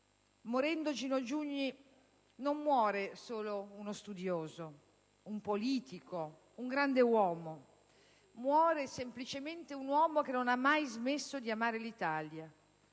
con Gino Giugni non muore solo uno studioso, un politico e un grande uomo, ma semplicemente muore un uomo che non ha mai smesso di amare l'Italia;